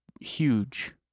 huge